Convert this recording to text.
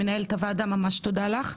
תודה לך.